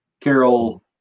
Carol